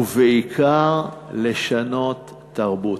ובעיקר לשנות תרבות.